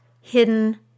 hidden